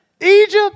Egypt